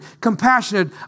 compassionate